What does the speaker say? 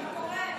מה קורה?